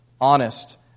honest